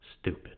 stupid